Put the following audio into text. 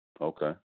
Okay